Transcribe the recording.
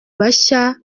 bashya